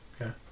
Okay